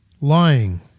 Lying